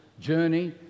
journey